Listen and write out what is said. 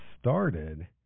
started